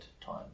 time